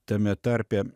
tame tarpe